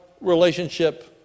relationship